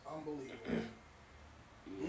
Unbelievable